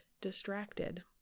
distracted